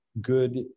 good